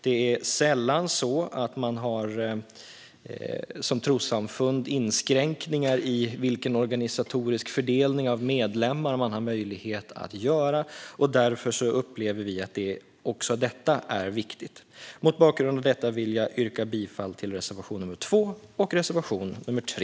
Det är sällan så att man som trossamfund har inskränkningar när det gäller vilken organisatorisk fördelning av medlemmar man har möjlighet att göra. Därför upplever vi att också detta är viktigt. Mot bakgrund av detta yrkar jag bifall till reservationerna 2 och 3.